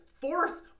fourth